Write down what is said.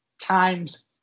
times